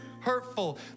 hurtful